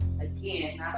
Again